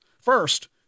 First